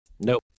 Nope